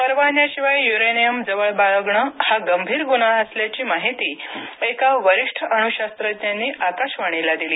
परवान्याशिवाय uranium जवळ बाळगण हा गंभीर गुन्हा असल्याची माहिती एका वरीष्ठ अणुशास्त्रज्ञांनी आकाशवाणीला दिली